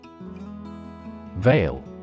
Veil